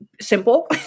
simple